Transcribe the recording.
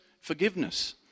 forgiveness